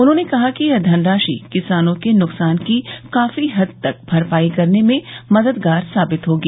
उन्होंने कहा कि यह धनराशि किसानों के नुकसान की काफी हद तक भरपाई करने में मददगार साबित होगी